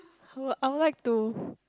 I would I would like to